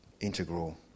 integral